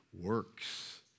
works